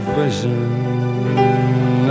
vision